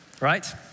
Right